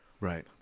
right